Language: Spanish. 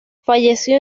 falleció